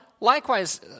Likewise